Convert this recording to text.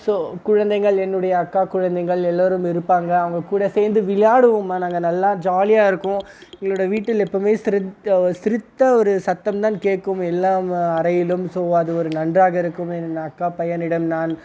so குழந்தைங்கள் என்னுடைய அக்கா குழந்தைங்கள் எல்லோரும் இருப்பாங்க அவங்க கூட சேர்ந்து விளையாடுவோம்மா நாங்கள் நல்லா ஜாலியாருக்கும் எங்களுடைய வீட்டில் எப்போவுமே சிரித் சிரித்த ஒரு சத்தம் தான் கேட்கும் எல்லா அறையிலும் ஸோ அது ஒரு நன்றாக இருக்கும் என் அக்கா பையனிடம் நான்